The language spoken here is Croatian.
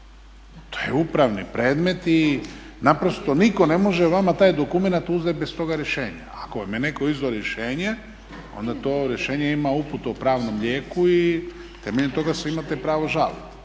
To je upravni predmet i naprosto nitko ne može vama taj dokument uzeti bez tog rješenja. A ako vam je netko izdao rješenje onda to rješenje ima uputu o pravnom lijeku i temeljem toga se imate pravo žaliti.